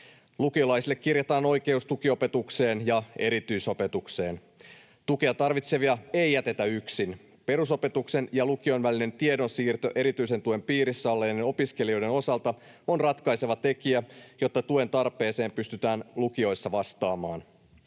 Lukiolaisille kirjataan oikeus tukiopetukseen ja erityisopetukseen. Tukea tarvitsevia ei jätetä yksin. Perusopetuksen ja lukion välinen tiedonsiirto erityisen tuen piirissä olleiden opiskelijoiden osalta on ratkaiseva tekijä, jotta tuen tarpeeseen pystytään lukioissa vastaamaan.